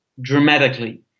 dramatically